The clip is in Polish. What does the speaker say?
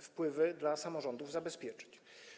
wpływy dla samorządów zabezpieczyć.